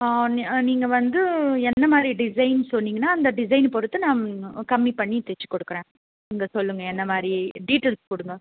ஆ நீங்கள் வந்து என்ன மாதிரி டிசைன் சொன்னிங்கன்னா அந்த டிசைன் பொறுத்து நான் கம்மி பண்ணி தச்சு கொடுக்குறேன் நீங்கள் சொல்லுங்கள் என்ன மாதிரி டீடெயில்ஸ் கொடுங்க